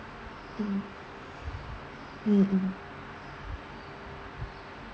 mm mm mm